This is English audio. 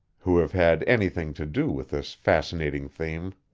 who have had anything to do with this fascinating theme.